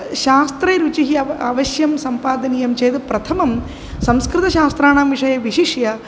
शास्त्रे रुचिः अव अवश्यं सम्पादनीयं चेत् प्रथमं संस्कृतशास्त्राणां विषये विशिष्य